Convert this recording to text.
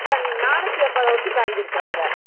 ஆ நானூற்றி எண்பத ஒட்டி வாங்கிருக்கிறாங்க